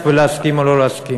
לזה תועלות,